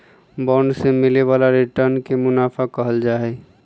bond से मिले वाला रिटर्न के मुनाफा कहल जाहई